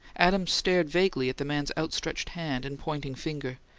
adams stared vaguely at the man's outstretched hand and pointing forefinger,